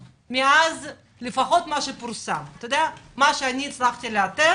לפחות ממה שפורסם והצלחתי לאתר.